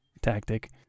tactic